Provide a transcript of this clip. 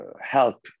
help